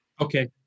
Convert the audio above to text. Okay